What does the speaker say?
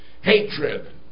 hatred